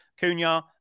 Cunha